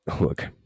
look